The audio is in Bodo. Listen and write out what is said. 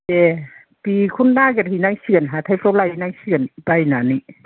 दे बेखौ नागिरहैनांसिगोन हाथायफ्राव व लायनांसिगोन नायनानै